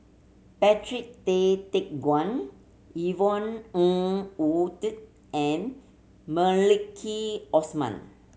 Patrick Tay Teck Guan Yvonne Ng Uhde and Maliki Osman